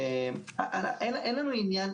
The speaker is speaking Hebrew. אין לנו עניין,